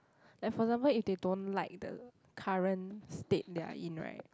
like for example if they don't like the current state they are in right